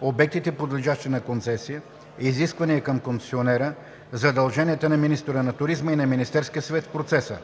обектите, подлежащи на концесия; изисквания към концесионера; задълженията на министъра на туризма и на Министерски съвет в процеса;